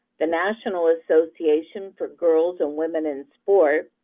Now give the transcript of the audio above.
the national association for girls and women in sports,